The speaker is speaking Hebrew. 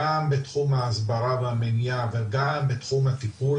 גם בתחום ההסברה והמניעה וגם בתחום הטיפול